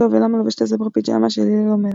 ולמה לובשת הזברה פיג'מה" של הלל עומר.